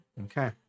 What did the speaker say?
Okay